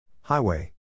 Highway